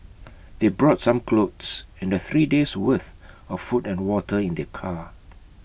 they brought some clothes and the three days' worth of food and water in their car